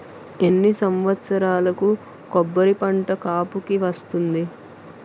ఎన్ని సంవత్సరాలకు కొబ్బరి పంట కాపుకి వస్తుంది?